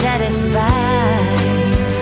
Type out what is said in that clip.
Satisfied